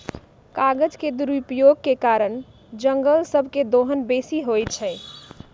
कागज के दुरुपयोग के कारण जङगल सभ के दोहन बेशी होइ छइ